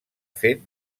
fet